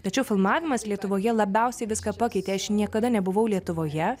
tačiau filmavimas lietuvoje labiausiai viską pakeitė aš niekada nebuvau lietuvoje